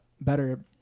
better